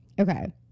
Okay